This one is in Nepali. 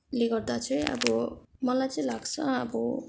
ले गर्दा चाहिँ अब मलाई चाहिँ लाग्छ अब